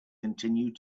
continued